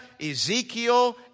Ezekiel